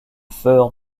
feurre